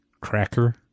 cracker